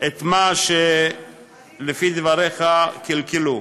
את מה שלפי דבריך קלקלו.